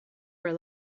were